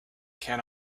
can